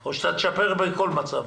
או שאתה תשפר בכל מצב,